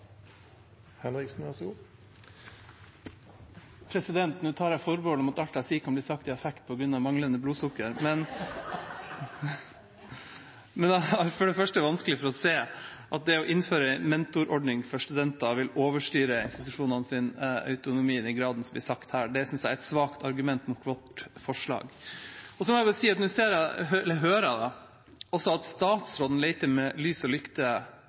Nå tar jeg forbehold om at alt jeg sier, kan bli sagt i affekt på grunn av manglende blodsukker. Jeg har vanskelig for å se at det å innføre en mentorordning for studenter vil overstyre institusjonenes autonomi i den grad det blir sagt her. Det synes jeg er et svakt argument mot vårt forslag. Jeg hører også at statsråden leter med lys og lykte etter argumenter mot flertallets forslag. Da er det synd at statsråden